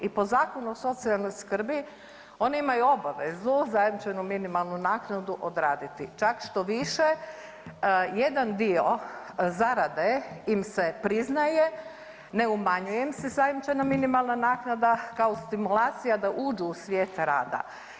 I po Zakonu o socijalnoj skrbi oni imaju obavezu zajamčenu minimalnu naknadu odraditi, čak štoviše jedan dio zarade im se priznaje, ne umanjuje im se zajamčena minimalna naknada kao stimulacija da uđu u svijet rada.